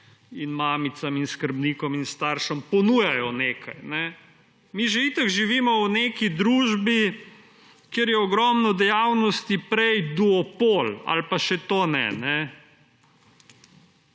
in mamicam in skrbnikom in staršem ponujajo nekaj. Mi že itak živimo v neki družbi, kjer je ogromno dejavnosti prej duopol ali pa še to ne.